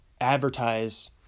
advertise